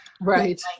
Right